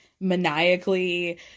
maniacally